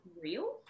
real